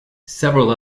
several